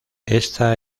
esta